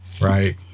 right